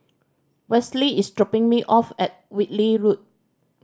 Westley is dropping me off at Whitley Road